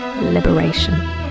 liberation